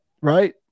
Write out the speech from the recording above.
right